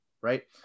right